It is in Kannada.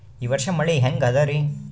ಈ ವರ್ಷ ಮಳಿ ಹೆಂಗ ಅದಾರಿ?